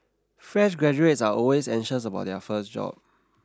fresh graduates are always anxious about their first job